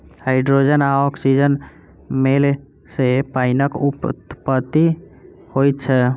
hydrogen आ औक्सीजनक मेल सॅ पाइनक उत्पत्ति होइत छै